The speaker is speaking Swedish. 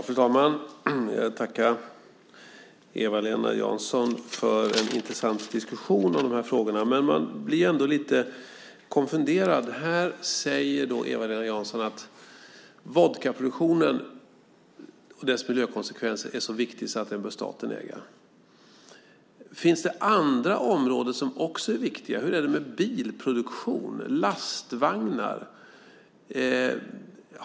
Fru talman! Jag tackar Eva-Lena Jansson för en intressant diskussion om dessa frågor. Jag blir emellertid lite konfunderad. Eva-Lena Jansson säger att vodkaproduktionen, liksom dess miljökonsekvenser, är så viktig att den bör ägas av staten. Finns det andra områden som också är viktiga? Hur är det med bilproduktion? Lastvagnar?